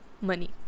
money